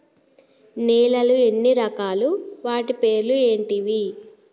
నేలలు ఎన్ని రకాలు? వాటి పేర్లు ఏంటివి?